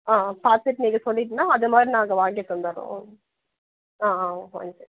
ஆ ஆ பார்த்துட்டு நீங்கள் சொல்லிடிங்கன்னால் அதேமாதிரி நாங்கள் வாங்கி தந்துடுறோம் ஆ ஆ